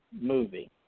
movie